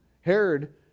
Herod